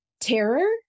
terror